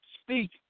speak